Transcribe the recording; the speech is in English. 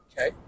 Okay